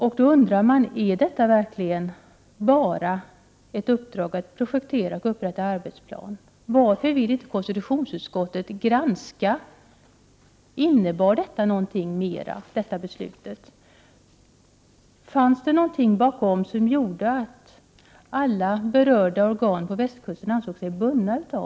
Det finns anledning att undra om beslutet bara gäller att projektera och upprätta arbetsplan. Varför vill inte konstitutionsutskottet granska om beslutet innebar någonting mer? Fanns det någonting bakom det som gjorde att alla berörda organ på västkusten ansåg sig bundna?